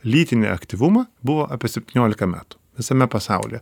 lytinį aktyvumą buvo apie septyniolika metų visame pasaulyje